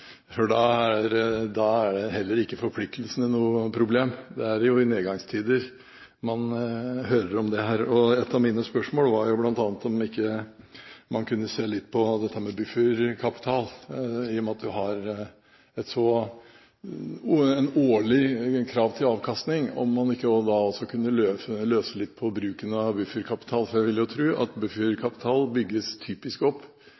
for da er heller ikke forpliktelsene noe problem. Det er i nedgangstider man hører om dette. Et av mine spørsmål var bl.a. om man ikke kunne se litt på dette med bufferkapital, og i og med at vi har et årlig krav til avkastning, om man ikke da også kunne løse litt på bruken av bufferkapital, for jeg vil jo tro at bufferkapital typisk bygges opp